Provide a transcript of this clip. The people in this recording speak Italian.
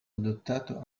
adottato